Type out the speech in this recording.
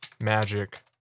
Magic